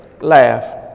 laugh